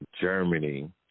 Germany